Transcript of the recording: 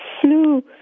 flu